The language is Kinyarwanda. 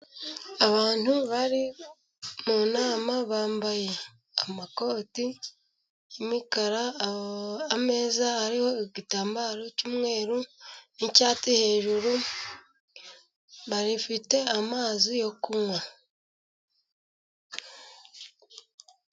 Abantu bari mu nama bambaye amakoti y'umukara, ameza hariho igitambaro cy'umweru cy'icyatsi hejuru, bafite amazi yo kunywa.